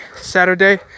Saturday